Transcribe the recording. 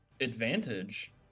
advantage